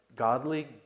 Godly